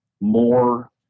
more